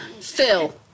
Phil